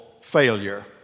failure